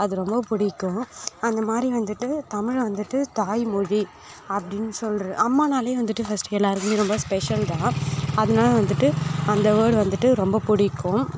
அது ரொம்ப பிடிக்கும் அந்த மாதிரி வந்துட்டு தமிழை வந்துட்டு தாய் மொழி அப்படினு சொல்கிற அம்மானாலே வந்துட்டு ஃபர்ஸ்டு எல்லாேருமே ரொம்ப ஸ்பெஷல் தான் அதனால வந்துட்டு இந்த வேர்ட் வந்துட்டு ரொம்ப பிடிக்கும்